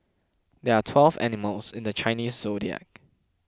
there are twelve animals in the Chinese zodiac